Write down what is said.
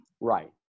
Right